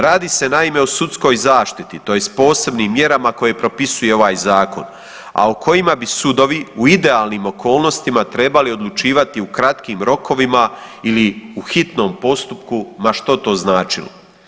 Radi se naime o sudskoj zaštiti tj. posebnim mjerama koje propisuje ovaj zakon, a u kojima su sudovi u idealnim okolnostima trebali odlučivati u kratkim rokovima ili u hitnom postupku, ma što to značilo.